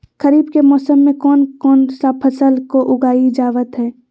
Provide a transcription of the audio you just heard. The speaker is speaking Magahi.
खरीफ के मौसम में कौन कौन सा फसल को उगाई जावत हैं?